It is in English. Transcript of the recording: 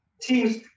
teams